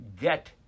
get